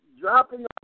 dropping